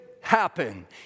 Happen